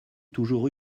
toujours